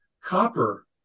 copper